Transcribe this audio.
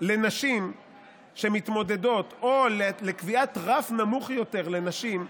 לנשים שמתמודדות או לקביעת רף נמוך יותר לנשים,